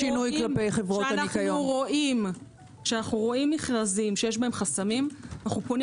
כשאנחנו רואים מכרזים שיש בהם חסמים אנו פונים